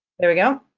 there we go.